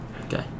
Okay